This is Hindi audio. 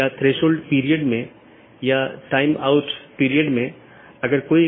यह एक शब्दावली है या AS पाथ सूची की एक अवधारणा है